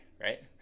right